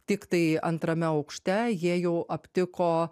tiktai antrame aukšte jie jau aptiko